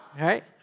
right